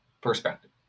perspective